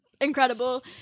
incredible